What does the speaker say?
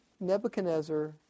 Nebuchadnezzar